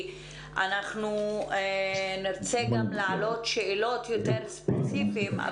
אנחנו נרצה גם להעלות שאלות יותר ספציפיות.